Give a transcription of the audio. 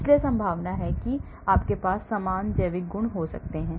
इसलिए संभावना है कि उनके पास समान जैविक गुण हो सकते हैं